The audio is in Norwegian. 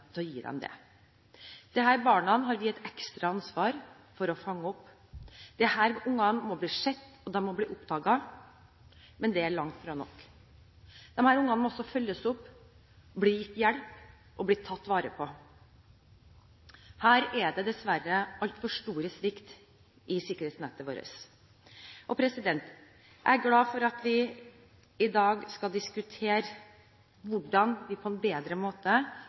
til å gi dem det. Disse barna har vi et ekstra ansvar for å fange opp. Disse ungene må bli sett, og de må bli oppdaget, men det er langt fra nok. De må også følges opp, bli gitt hjelp og bli tatt vare på. Her er det dessverre altfor stor svikt i sikkerhetsnettet vårt. Jeg er glad for at vi i dag skal diskutere hvordan vi på en bedre måte